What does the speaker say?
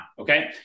Okay